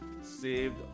saved